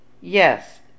yes